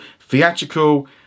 theatrical